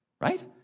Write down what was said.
right